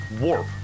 Warp